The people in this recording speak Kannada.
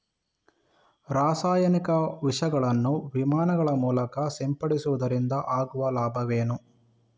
ರಾಸಾಯನಿಕ ವಿಷಗಳನ್ನು ವಿಮಾನಗಳ ಮೂಲಕ ಸಿಂಪಡಿಸುವುದರಿಂದ ಆಗುವ ಲಾಭವೇನು?